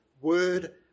word